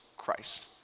Christ